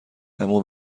اما